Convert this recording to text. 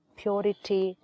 purity